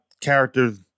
characters